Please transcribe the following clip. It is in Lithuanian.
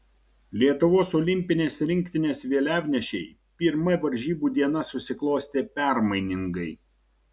lietuvos olimpinės rinktinės vėliavnešei pirma varžybų diena susiklostė permainingai